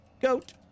Goat